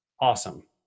awesome